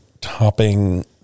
topping